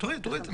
תורידי את זה.